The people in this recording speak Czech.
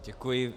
Děkuji.